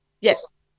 Yes